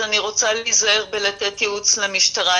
אז אני רוצה להיזהר בלתת ייעוץ למשטרה.